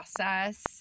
process